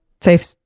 safe